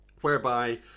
whereby